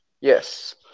Yes